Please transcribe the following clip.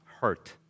hurt